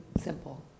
simple